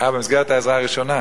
במסגרת, אה, במסגרת העזרה הראשונה?